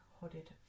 hooded